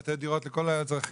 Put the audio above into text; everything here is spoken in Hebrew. לתת דירות לכל האזרחים,